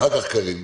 קארין.